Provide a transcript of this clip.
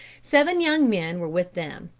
seven young men were with them,